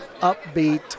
upbeat